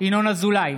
ינון אזולאי,